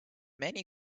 many